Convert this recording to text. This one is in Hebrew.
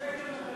שקר וכזב.